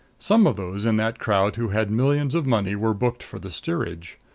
some of those in that crowd who had millions of money were booked for the steerage.